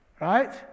right